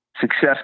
success